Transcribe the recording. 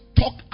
talk